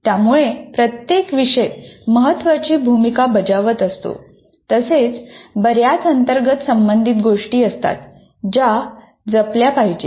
त्यामुळे प्रत्येक विषय महत्त्वाची भूमिका बजावत असतो तसेच बऱ्याच अंतर्गत संबंधित गोष्टी असतात ज्या जपल्या पाहिजेत